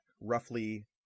roughly